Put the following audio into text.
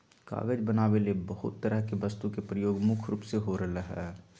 कागज बनावे ले बहुत तरह के वस्तु के प्रयोग मुख्य रूप से हो रहल हल